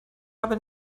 habe